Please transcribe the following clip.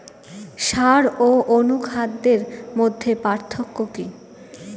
সার ও অনুখাদ্যের মধ্যে পার্থক্য কি?